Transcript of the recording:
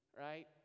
right